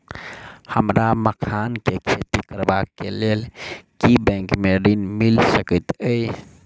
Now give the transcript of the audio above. हमरा मखान केँ खेती करबाक केँ लेल की बैंक मै ऋण मिल सकैत अई?